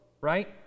right